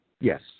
Yes